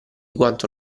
quanto